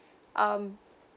um